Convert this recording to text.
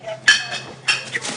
אבל כן היה חשוב